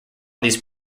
these